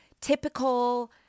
typical